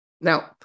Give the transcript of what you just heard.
Now